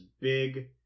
big